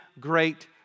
great